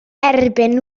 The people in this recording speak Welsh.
erbyn